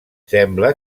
sembla